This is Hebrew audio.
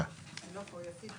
רווקות מרווקים --- מי שנשואה מתלוננת